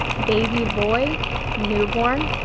baby boy newborn,